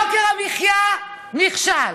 יוקר המחיה, נכשל,